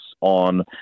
on